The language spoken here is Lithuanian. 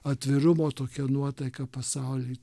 atvirumo tokia nuotaika pasaulį